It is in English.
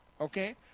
okay